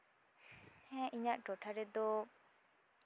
ᱦᱮᱸ ᱤᱧᱟᱹᱜ ᱴᱚᱴᱷᱟ ᱨᱮᱫᱚ